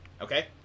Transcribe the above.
Okay